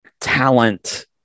talent